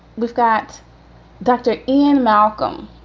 we've got dr. ian malcolm,